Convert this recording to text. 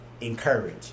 encourage